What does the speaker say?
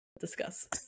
discuss